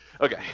Okay